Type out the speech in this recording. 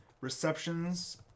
receptions